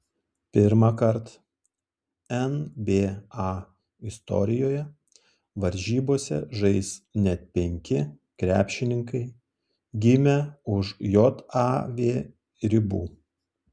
pirmąkart nba istorijoje varžybose žais net penki krepšininkai gimę už jav ribų